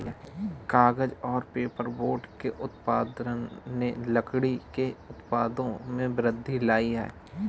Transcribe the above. कागज़ और पेपरबोर्ड के उत्पादन ने लकड़ी के उत्पादों में वृद्धि लायी है